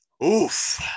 Oof